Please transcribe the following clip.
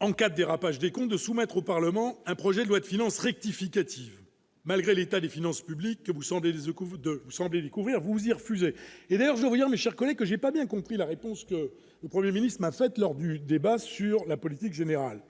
en cas dérapage des comptes de soumettre au Parlement un projet de loi de finances rectificative malgré l'état des finances publiques que vous semblez des ou vous de vous semblez découvrir vous mes chers collègues, que j'ai pas bien compris la réponse que le 1er ministre ma fête lors du débat sur la politique générale